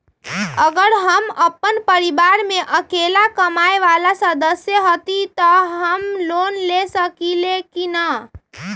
अगर हम अपन परिवार में अकेला कमाये वाला सदस्य हती त हम लोन ले सकेली की न?